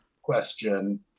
Question